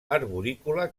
arborícola